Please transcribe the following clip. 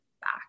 back